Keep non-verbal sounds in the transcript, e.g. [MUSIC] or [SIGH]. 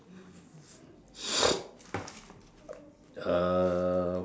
[NOISE] uh